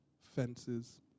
fences